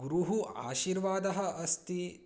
गुरुः आशीर्वादः अस्ति